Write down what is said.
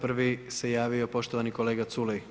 Prvi se javio poštovani kolega Culej.